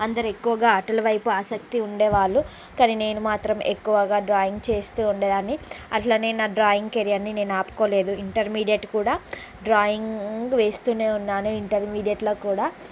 అందరు ఎక్కువగా ఆటల వైపు ఆసక్తి ఉండే వాళ్ళు కానీ నేను మాత్రం ఎక్కువగా డ్రాయింగ్ చేస్తూ ఉండేదాన్ని అట్లనే నా డ్రాయింగ్ కెరియర్ని నేను ఆపుకోలేదు ఇంటర్మీడియట్ కూడా డ్రాయింగ్ వేస్తూనే ఉన్నాను ఇంటర్మీడియట్లో కూడా